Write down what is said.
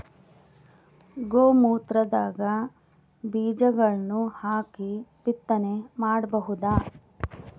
ಗೋ ಮೂತ್ರದಾಗ ಬೀಜಗಳನ್ನು ಹಾಕಿ ಬಿತ್ತನೆ ಮಾಡಬೋದ?